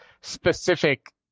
specific